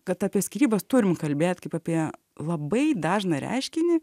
kad apie skyrybas turim kalbėt kaip apie labai dažną reiškinį